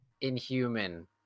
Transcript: inhuman